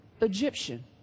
Egyptian